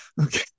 okay